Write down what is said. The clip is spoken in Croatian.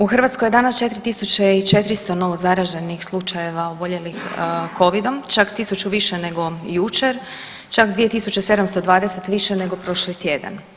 U Hrvatskoj je danas 4400 novozaraženih slučajeva oboljelih covidom, čak tisuću više nego jučer, čak 2720 više nego prošli tjedan.